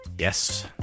Yes